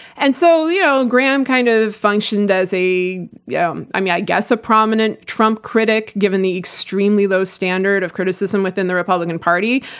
and so, you know graham kind of functioned as, yeah um i mean, i guess, a prominent trump critic, given the extremely low standard of criticism within the republican party.